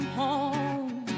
home